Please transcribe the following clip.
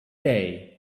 day